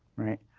right?